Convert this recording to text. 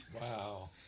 Wow